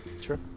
Sure